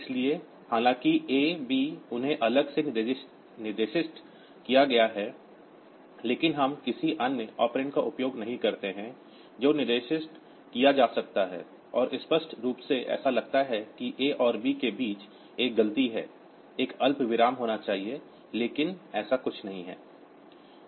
इसलिए हालांकि A B उन्हें अलग से निर्दिष्ट किया गया है लेकिन हम किसी अन्य ऑपरेंड का उपयोग नहीं करते हैं जो निर्दिष्ट किया जा सकता है और स्पष्ट रूप से ऐसा लगता है कि A और B के बीच एक गलती है एक अल्पविराम होना चाहिए लेकिन यह ऐसा कुछ नहीं है